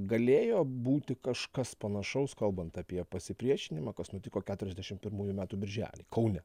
galėjo būti kažkas panašaus kalbant apie pasipriešinimą kas nutiko keturiasdešim pirmųjų metų birželį kaune